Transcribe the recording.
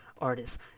Artists